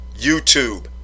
YouTube